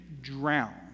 drown